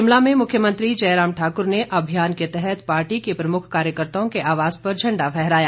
शिमला में मुख्यमंत्री जयराम ठाक्र ने अभियान के तहत पार्टी के प्रमुख कार्यकर्ताओं के आवास पर झण्डा फहराया